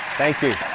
thank you,